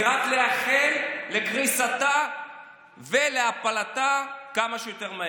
רק לייחל לקריסתה ולהפלתה כמה שיותר.